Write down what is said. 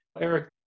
Eric